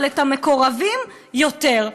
אבל את המקורבים, יותר.